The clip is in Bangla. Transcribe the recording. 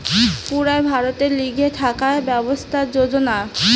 পুরা ভারতের লিগে থাকার ব্যবস্থার যোজনা